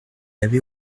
avait